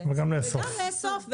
וגם לאסוף.